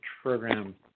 program